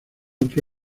otro